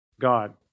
God